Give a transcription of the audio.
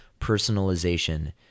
personalization